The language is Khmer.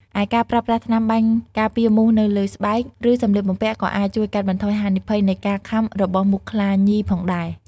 ឯការប្រើប្រាស់ថ្នាំបាញ់ការពារមូសនៅលើស្បែក ឬសម្លៀកបំពាក់ក៏អាចជួយកាត់បន្ថយហានិភ័យនៃការខាំរបស់មូសខ្លាញីផងដែរ។